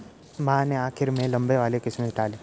माँ ने खीर में लंबे वाले किशमिश डाले